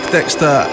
Dexter